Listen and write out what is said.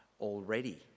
already